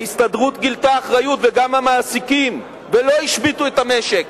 ההסתדרות גילתה אחריות וגם המעסיקים ולא השביתו את המשק